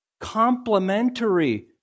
complementary